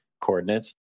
coordinates